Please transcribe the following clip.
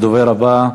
הדובר הבא,